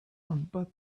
but